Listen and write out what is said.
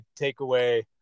takeaway